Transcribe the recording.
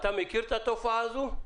אתה מכיר את התופעה הזו?